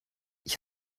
ich